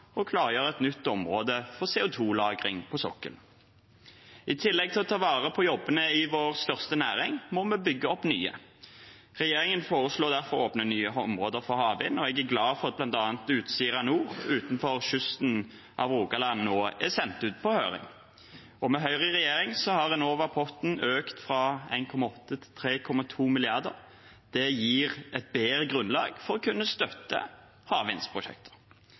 og klargjøre et nytt område for CO2-lagring på sokkelen. I tillegg til å ta vare på jobbene i vår største næring må vi bygge opp nye. Regjeringen foreslår derfor å åpne nye områder for havvind, og jeg er glad for at bl.a. et forslag om å åpne området Utsira Nord, utenfor kysten av Rogaland, nå er sendt ut på høring. Med Høyre i regjering har Enova-potten økt fra 1,8 mrd. til 3,2 mrd. kr. Det gir et bedre grunnlag for å kunne støtte